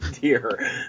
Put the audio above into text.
dear